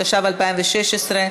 התשע"ו 2016,